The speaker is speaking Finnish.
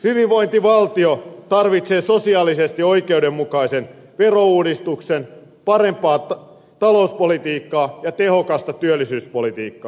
hyvinvointivaltio tarvitsee sosiaalisesti oikeudenmukaisen verouudistuksen parempaa talouspolitiikkaa ja tehokasta työllisyyspolitiikkaa